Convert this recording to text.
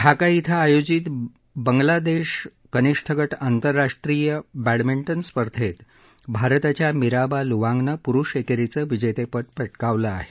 ढाका इथं आयोजित बंगला देश कनिष्ठ गट आंतरराष्ट्रीय बॅडमिंटन स्पर्धेत भारताच्या मीराबा लुवांगनं प्रूष एकेरीचं विजेतेपद पटकावलं आहे